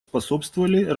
способствовали